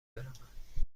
بروم